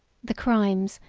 the crimes,